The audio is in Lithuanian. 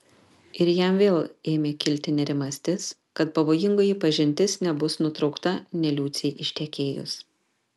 ir jam vėl ėmė kilti nerimastis kad pavojingoji pažintis nebus nutraukta nė liucei ištekėjus